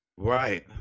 Right